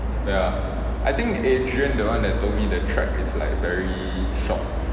ya I think adrian the one that told me the track is like very short